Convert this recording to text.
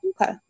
Okay